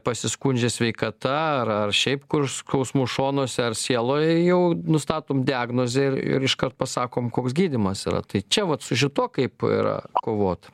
pasiskundžia sveikata ar ar šiaip kur skausmu šonuose ar sieloj jau nustatom diagnozę ir ir iškart pasakom koks gydymas yra tai čia vat su šituo kaip yra kovot